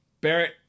Barrett